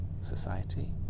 society